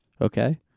Okay